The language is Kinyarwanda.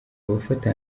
abafata